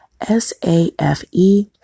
S-A-F-E